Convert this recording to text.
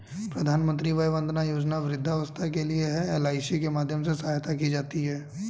प्रधानमंत्री वय वंदना योजना वृद्धावस्था के लिए है, एल.आई.सी के माध्यम से सहायता की जाती है